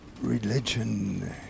Religion